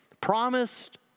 promised